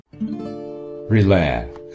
Relax